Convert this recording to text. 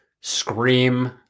Scream